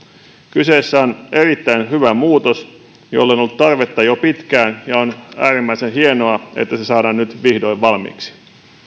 kyseessä on erittäin hyvä muutos jolle on ollut tarvetta jo pitkään ja on äärimmäisen hienoa että se saadaan nyt vihdoin valmiiksi